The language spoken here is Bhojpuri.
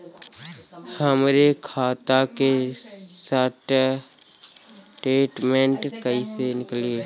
हमरे खाता के स्टेटमेंट कइसे निकली?